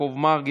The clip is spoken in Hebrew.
יעקב מרגי,